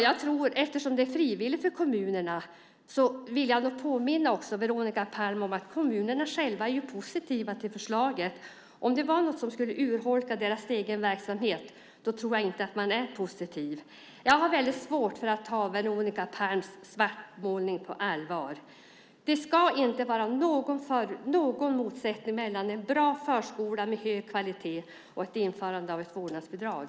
Men eftersom det är frivilligt för kommunerna vill jag nog påminna Veronica Palm om att kommunerna själva är positiva till förslaget. Om detta var något som skulle urholka deras egen verksamhet skulle de inte, tror jag, vara positiva. Jag har väldigt svårt att ta Veronica Palms svartmålning på allvar. Det ska inte vara någon motsättning mellan en bra förskola med hög kvalitet och införandet av ett vårdnadsbidrag.